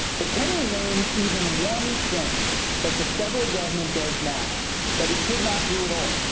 but can you name even one thing that the federal government does now that it should not do at all?